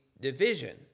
division